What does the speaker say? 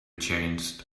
changed